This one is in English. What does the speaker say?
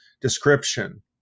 description